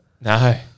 No